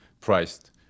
priced